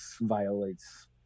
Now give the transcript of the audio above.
violates